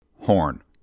horn